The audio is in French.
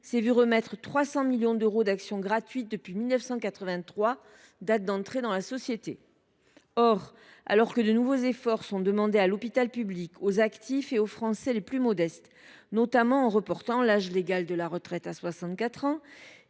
est vu remettre l’équivalent de 300 millions d’euros depuis 1983, date de son entrée dans la société. Alors que de nouveaux efforts sont demandés à l’hôpital public, aux actifs et aux Français les plus modestes, notamment par le report de l’âge légal de la retraite à 64 ans,